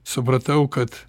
supratau kad